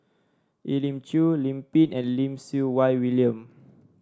Elim Chew Lim Pin and Lim Siew Wai William